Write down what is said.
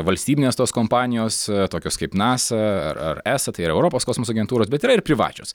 valstybinės tos kompanijos tokios kaip nasa ar ar esa tai yra europos kosmoso agentūros bet yra ir privačios